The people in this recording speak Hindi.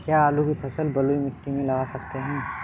क्या आलू की फसल बलुई मिट्टी में लगा सकते हैं?